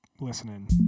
listening